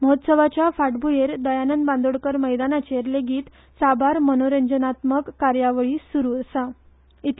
महोत्सवाच्या फाटभुयेर दयानंद बांदोडकर मैदानाचेर लेगीत साबार मनोरंजनात्मक कार्यावळी सुरू आसात